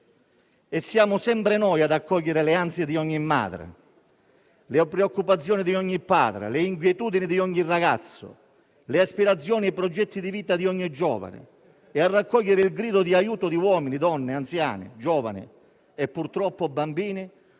Siamo sempre noi ad accogliere le ansie di ogni madre, le preoccupazioni di ogni padre, le inquietudini di ogni ragazzo, le aspirazioni e i progetti di vita di ogni giovane e a raccogliere il grido di aiuto di uomini, donne, anziani, giovani e, purtroppo, bambini,